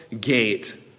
gate